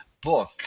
book